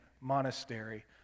monastery